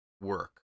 work